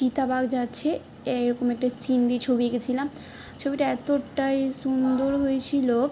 চিতা বাঘ যাচ্ছে এরকম একটা সিনারি ছবি এঁকেছিলাম ছবিটা এতটাই সুন্দর হয়েছিলো